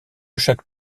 chaque